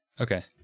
Okay